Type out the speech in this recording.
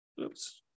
Oops